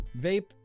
Vape